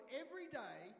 everyday